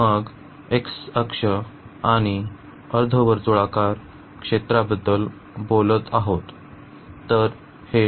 मग एक्स अक्ष आणि अर्धवर्तुळाकार क्षेत्राबद्दल बोलत आहोत